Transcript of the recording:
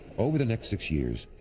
over the next six years,